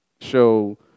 show